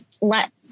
let